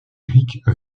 éric